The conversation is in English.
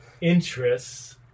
interests